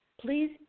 please